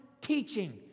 teaching